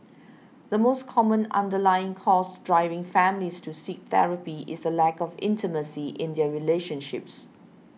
the most common underlying cause driving families to seek therapy is the lack of intimacy in their relationships